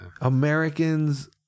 Americans